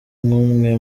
nk’umwe